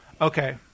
Okay